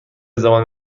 زبان